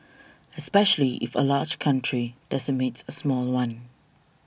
especially if a large country decimates a small one